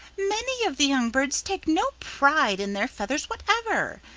many of the young birds take no pride in their feathers whatever,